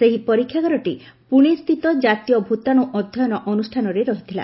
ସେହି ପରୀକ୍ଷାଗାରଟି ପୁଣେସ୍ଥିତ କାତୀୟ ଭୂତାଣୁ ଅଧ୍ୟୟନ ଅନୁଷ୍ଠାନରେ ଥିଲା